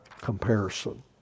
comparison